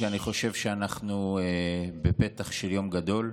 כי אני חושב שאנחנו בפתח של יום גדול.